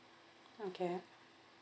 okay